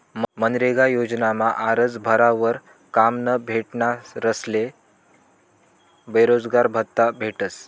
मनरेगा योजनामा आरजं भरावर काम न भेटनारस्ले बेरोजगारभत्त्ता भेटस